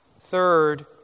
Third